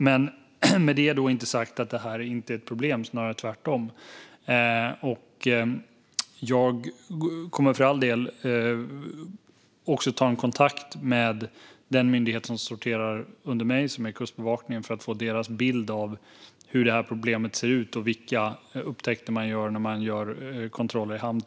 Med det inte sagt att det här inte är ett problem, snarare tvärtom. Jag kommer för all del också att ta kontakt med den myndighet som sorterar under mig, nämligen Kustbevakningen, för att få deras bild av hur det här problemet ser ut och vilka upptäckter man gör vid till exempel kontroller i hamn.